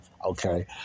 okay